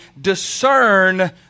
discern